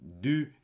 du